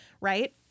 right